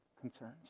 concerns